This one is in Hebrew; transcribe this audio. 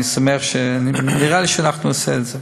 אני שמח, נראה לי שאנחנו נעשה את זה.